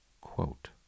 Quote